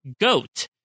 goat